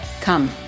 Come